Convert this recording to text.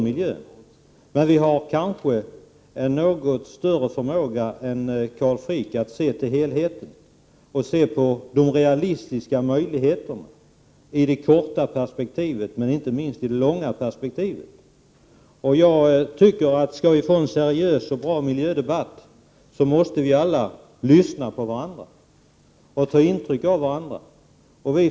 Men vi har kanske en något större förmåga än Carl Frick att se till helheten och till möjligheterna i det korta och inte minst det långa perspektivet. Skall vi få en seriös och bra miljödebatt, måste vi lyssna på varandra och ta intryck av varandra.